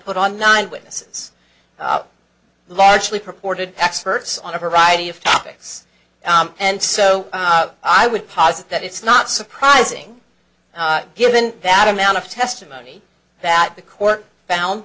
put on nine witnesses largely purported experts on a variety of topics and so i would posit that it's not surprising given that amount of testimony that the court found